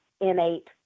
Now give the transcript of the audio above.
innate